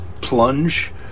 plunge